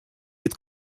het